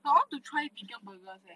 but I want to try vegan burgers leh